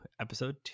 Episode